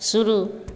शुरू